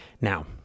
Now